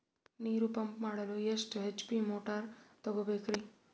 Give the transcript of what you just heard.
ನೀರು ಪಂಪ್ ಮಾಡಲು ಎಷ್ಟು ಎಚ್.ಪಿ ಮೋಟಾರ್ ತಗೊಬೇಕ್ರಿ?